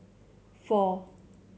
four